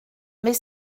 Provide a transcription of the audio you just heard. mais